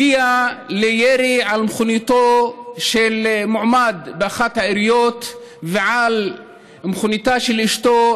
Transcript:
הגיע לירי על מכוניתו של מועמד באחת העיריות ועל מכוניתה של אשתו,